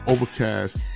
Overcast